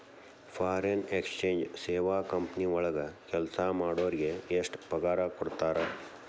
Foreign exchange ಸೇವಾ company ವಳಗ್ ಕೆಲ್ಸಾ ಮಾಡೊರಿಗೆ ಎಷ್ಟ್ ಪಗಾರಾ ಕೊಡ್ತಾರ?